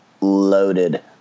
loaded